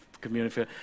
community